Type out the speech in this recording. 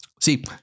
See